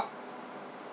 up